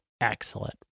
excellent